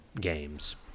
games